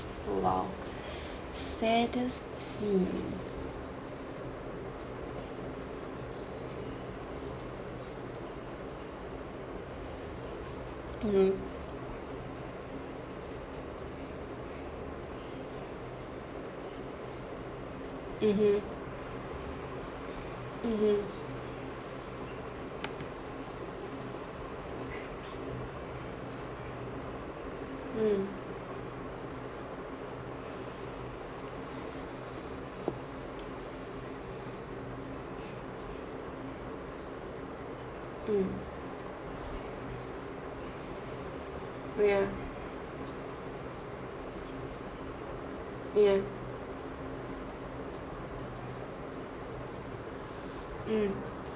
!wow! saddest scene mmhmm mmhmm mmhmm mm mm yeah yeah mm